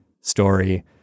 story